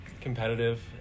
competitive